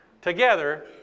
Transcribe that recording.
together